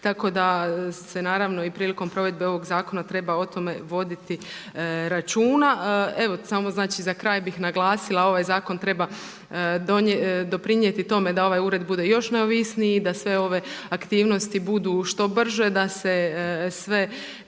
tako se naravno i prilikom provedbe ovog zakona treba o tome voditi računa. Evo samo znači za kraj bi naglasila, ovaj zakon treba doprinijeti tome da ovaj ured bude još neovisniji, da sve ove aktivnosti budu što brže, da se sve